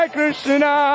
Krishna